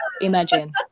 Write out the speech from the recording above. imagine